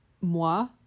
moi